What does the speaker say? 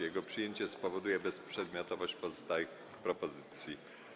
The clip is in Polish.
Jego przyjęcie spowoduje bezprzedmiotowość pozostałych propozycji.